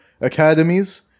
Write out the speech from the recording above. academies